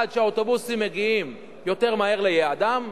אחד, שהאוטובוסים מגיעים יותר מהר ליעדם,